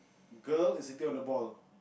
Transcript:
girl is sitting on the ball